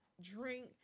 drink